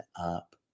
up